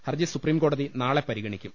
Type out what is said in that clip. ഹർജി സുപ്രീം കോടതി നാളെ പരിഗണിക്കും